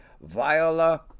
Viola